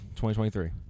2023